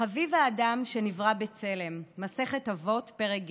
"חביב אדם שנברא בצלם" מסכת אבות, פרק ג'